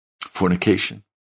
fornication